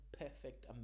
perfect